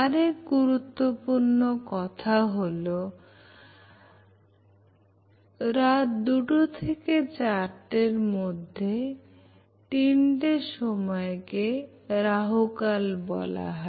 আরেক গুরুত্বপূর্ণ কথা হল রাত দুটো থেকে চারটের মধ্যে তিনটে সময়কে রাহুকাল বলা হয়